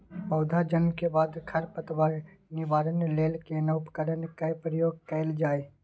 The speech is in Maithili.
पौधा जन्म के बाद खर पतवार निवारण लेल केना उपकरण कय प्रयोग कैल जाय?